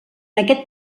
aquest